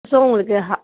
so உங்களுக்கு ஹ